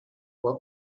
were